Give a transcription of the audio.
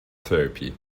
therapy